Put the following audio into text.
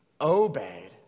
obeyed